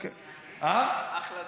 אחלה דרך.